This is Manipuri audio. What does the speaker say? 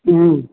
ꯎꯝ